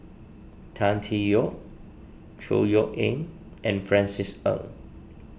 Tan Tee Yoke Chor Yeok Eng and Francis Ng